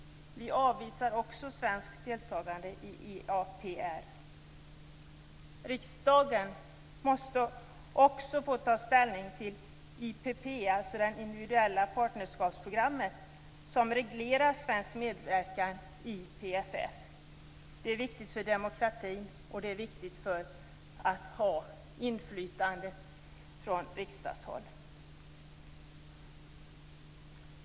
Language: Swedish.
Vi avvisar också svenskt deltagande i EAPR. Riksdagen måste också få ta ställning till IPP, dvs. det individuella partnerskapsprogrammet, som reglerar svensk medverkan i PFF. Det är viktigt för demokratin att ha inflytande från riksdagshåll.